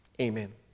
Amen